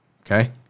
okay